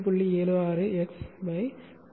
76x 1